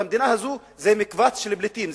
המדינה הזאת זה מקבץ של פליטים,